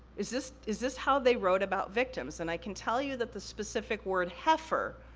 is this is this how they wrote about victims? and i can tell you that the specific word, heifer,